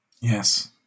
Yes